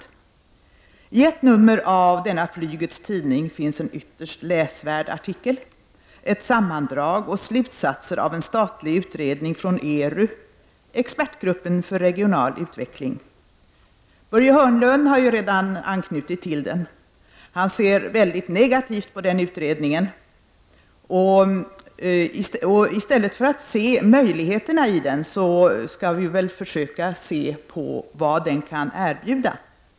I ett nummer av denna flygets tidning finns en ytterst läsvärd artikel, ett sammandrag och slutsatser av en statlig utredning från ERU, expertgruppen för regional utveckling. Börje Hörnlund har redan anknutit till den. Han ser mycket negativt på den utredningen. I stället skall vi väl försöka se på vad den kan erbjuda.